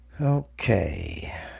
Okay